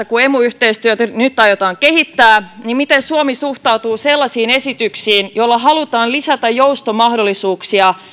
kun emu yhteistyötä nyt aiotaan kehittää haluaisin kysyä valtiovarainministerin näkemystä siitä miten suomi suhtautuu sellaisiin esityksiin joilla halutaan lisätä joustomahdollisuuksia